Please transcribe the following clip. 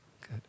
Good